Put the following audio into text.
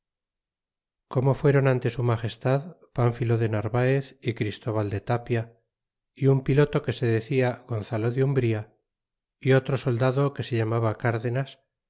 corno fueron ante su magestad pánfilo de narvaez y christóbal de tapia y un piloto que se decia gonzalo de umbria y otro soldado que se llamaba cardenas